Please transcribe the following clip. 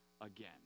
again